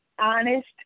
honest